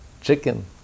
Chicken